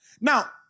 Now